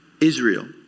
Israel